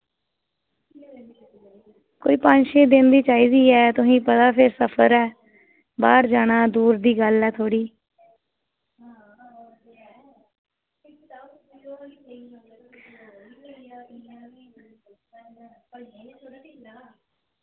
कोई पंज छे दिन दी चाहिदी ऐ ते तुसेंगी पता कि सफर ऐ बाहर जाना दूर दी गल्ल ऐ थोह्ड़ी